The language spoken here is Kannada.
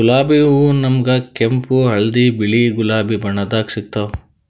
ಗುಲಾಬಿ ಹೂವಾ ನಮ್ಗ್ ಕೆಂಪ್ ಹಳ್ದಿ ಬಿಳಿ ಗುಲಾಬಿ ಬಣ್ಣದಾಗ್ ಸಿಗ್ತಾವ್